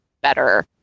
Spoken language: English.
better